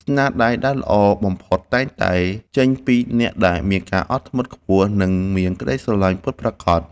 ស្នាដៃដែលល្អបំផុតតែងតែចេញពីអ្នកដែលមានការអត់ធ្មត់ខ្ពស់ និង មានក្តីស្រលាញ់ពិតប្រាកដ។